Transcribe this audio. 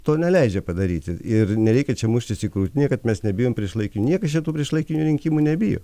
to neleidžia padaryti ir nereikia čia muštis į krūtinę kad mes nebijom priešlaikin niekas čia tų priešlaikinių rinkimų nebijo